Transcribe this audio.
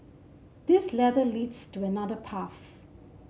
this ladder leads to another path